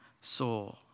soul